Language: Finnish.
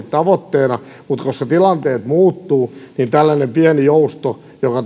tavoitteena mutta koska tilanteet muuttuvat niin tällainen pieni jousto joka